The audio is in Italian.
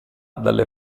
dalle